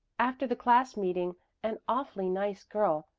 after the class-meeting an awfully nice girl,